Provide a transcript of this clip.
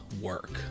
work